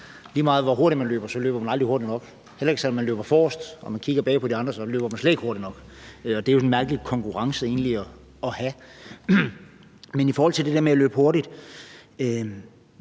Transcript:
lige meget hvor hurtigt man løber, løber man aldrig hurtigt nok, heller ikke selv om man løber forrest og kigger bagud på de andre – så løber man slet ikke hurtigt nok. Det er jo en mærkelig konkurrence egentlig at have. Men i forhold til det der med at løbe hurtigt